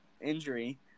injury